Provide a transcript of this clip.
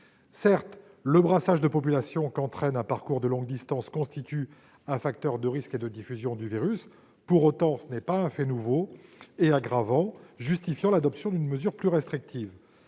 Certes, le brassage de populations qu'entraîne un parcours de longue distance constitue un facteur de risque de diffusion du virus. Pour autant, ce n'est pas un fait nouveau et aggravant justifiant l'adoption d'une mesure plus restrictive.